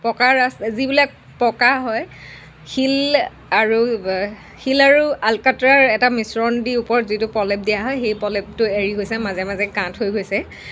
পকা ৰাস্তা যিবিলাক পকা হয় শিল আৰু শিল আৰু আলকতৰাৰ এটা মিশ্ৰণ দি ওপৰত যিটো প্ৰলেপ দিয়া হয় সেই প্ৰলেপটো এৰি গৈছে মাজে মাজে গাঁত হৈ গৈছে